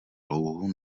louhu